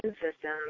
system